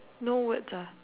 no words ah